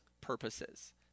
purposes